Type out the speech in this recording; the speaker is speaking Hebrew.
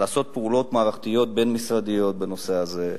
לעשות פעולות מערכתיות בין-משרדיות בנושא הזה,